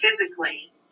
physically